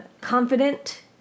confident